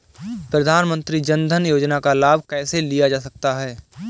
प्रधानमंत्री जनधन योजना का लाभ कैसे लिया जा सकता है?